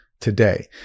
today